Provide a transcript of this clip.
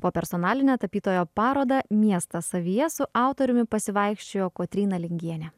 po personalinę tapytojo parodą miestas savyje su autoriumi pasivaikščiojo kotryna lingienė